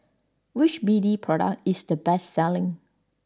which B D product is the best selling